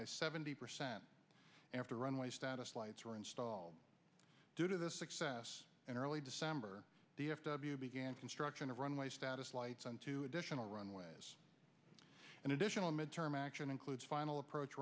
t seventy percent after runway status lights were installed due to the success in early december d f w began construction of runway status lights on two additional runways and additional mid term action includes final approach